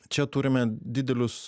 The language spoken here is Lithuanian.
čia turime didelius